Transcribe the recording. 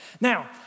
Now